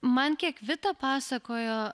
man kiek vita pasakojo